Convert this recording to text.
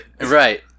Right